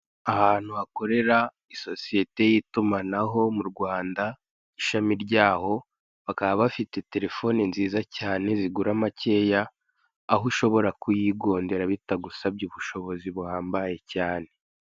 Ahantu hakorera isosiyete y'itumahano mu Rwanda, ishami ryaho, bakaba bafite telefone nziza cyane, zigura makeya, aho ushobora kuyigongera bitagusabye ubushobozi buhambaye cyane.